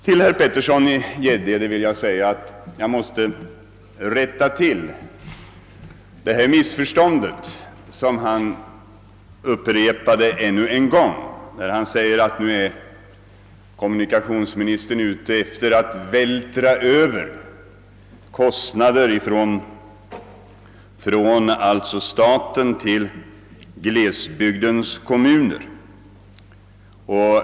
Till herr Petersson i Gäddvik vill jag säga att jag måste rätta till det missförstånd som han upprepade när han ännu en gång sade, att nu är kommunikationsministern ute för att vältra över kostnaderna från staten till glesbygdens kommuner.